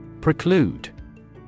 Preclude